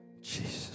Jesus